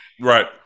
Right